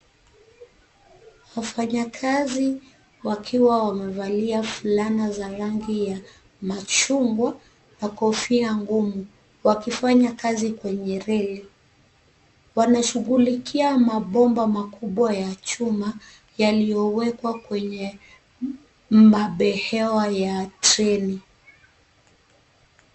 Wafanyakazi wakiwa wamevalia fulana za rangi ya machungwa na kofia ngumu wakifanya kazi kwenye reli. Wanashughulikia mabomba makubwa ya chuma yaliyowekwa kwenye mabehewa ya treni.